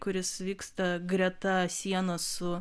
kuris vyksta greta sienos su